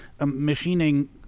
machining